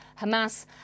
Hamas